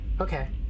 Okay